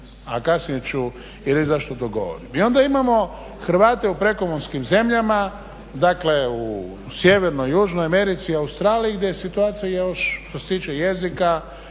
a kasnije ću i reći zašto to govorim. I onda imamo Hrvate u prekomorskim zemljama, dakle u sjevernoj, južnoj Americi, Australiji gdje je situacija još što se tiče jezika